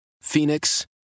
Phoenix